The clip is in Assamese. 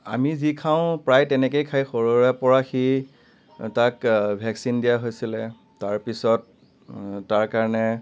আমি যি খাওঁ প্ৰায় তেনেকৈয়ে খাই সৰুৰেপৰা সি তাক ভেকচিন দিয়া হৈছিলে তাৰপিছত তাৰকাৰণে